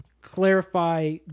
clarify